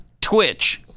Twitch